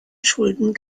schulden